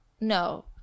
no